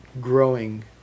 growing